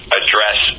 address